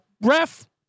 Ref